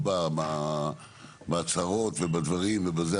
לא בהצהרות ובדברים ובזה,